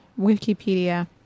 Wikipedia